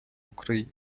україні